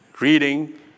reading